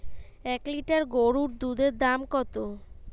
এক লিটার গোরুর দুধের দাম কত?